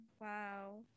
Wow